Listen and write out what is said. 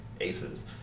aces